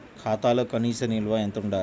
ఖాతాలో కనీస నిల్వ ఎంత ఉండాలి?